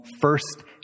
first